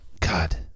God